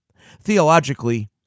Theologically